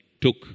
took